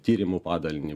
tyrimų padalinį